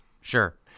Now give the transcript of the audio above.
Sure